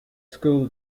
school